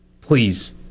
Please